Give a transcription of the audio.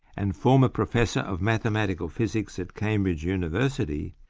and former professor of mathematical physics at cambridge university,